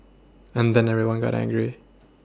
and then everyone got angry